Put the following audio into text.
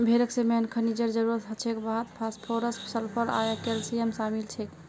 भेड़क जे मेन खनिजेर जरूरत हछेक वहात फास्फोरस सल्फर आर कैल्शियम शामिल छेक